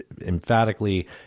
emphatically